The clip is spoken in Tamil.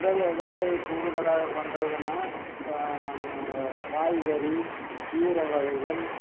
உடல் இடையை கூடுதலாக பண்ணுறதுனா காய்கறி கீரை வகைகள்